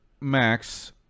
max